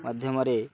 ମାଧ୍ୟମରେ